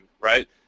right